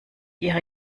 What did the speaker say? ihre